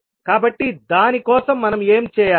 కాబట్టి దాని కోసం మనం ఏమి చేయాలి